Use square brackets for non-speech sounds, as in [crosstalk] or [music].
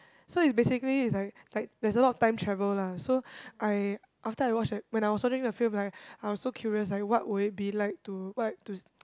so it's basically it's like like there's a lot of time travel lah so I after I watch the when I was watching the film right I was so curious like what would it be like to what to [noise]